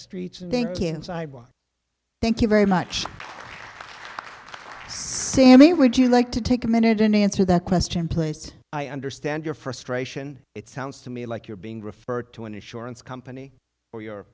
sidewalks thank you very much sammy would you like to take a minute and answer that question placed i understand your frustration it sounds to me like you're being referred to an insurance company or your